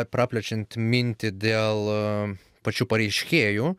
praplečiant mintį dėl pačių pareiškėjų